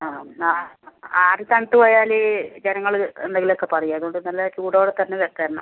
ആഹ് ആറി തണുത്തുപോയാൽ ജനങ്ങൾ എന്തെങ്കിലുമൊക്കെ പറയും അതുകൊണ്ട് നല്ല ചൂടോടെ തന്നെ തരണം